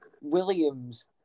Williams